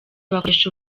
bakoresha